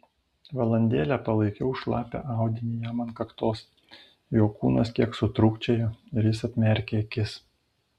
valandėlę palaikiau šlapią audinį jam ant kaktos jo kūnas kiek sutrūkčiojo ir jis atmerkė akis